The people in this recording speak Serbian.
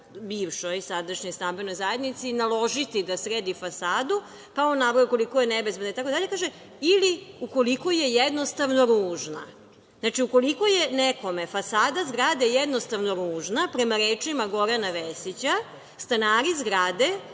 bivšoj, sadašnjoj stambenoj zajednici, naložiti da sredi fasadu, pa je on naveo koliko je nebezbedno, pa kaže – ili ukoliko je jednostavno ružna. Znači, ukoliko je nekome fasada zgrade jednostavno ružna, prema rečima Gorana Vesića, stanari zgrade